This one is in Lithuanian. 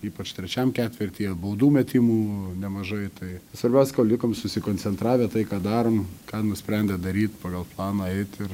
ypač trečiam ketvirtyje baudų metimų nemažai tai svarbiausia kol likom susikoncentravę tai ką darom ką nusprendė daryt pagal planą eit ir